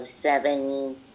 seven